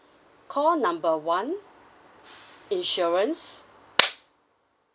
call number one insurance